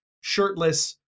shirtless